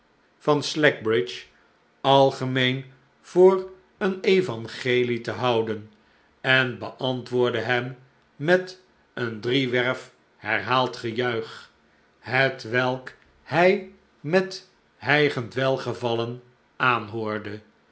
van slackbridge algemeen voor een evangelie te houden en beantwoordde hem met een driewerf herhaald gejuich hetwelk hij met hijgend welgevallen aanhoorde